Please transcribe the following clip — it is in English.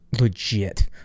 legit